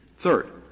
third,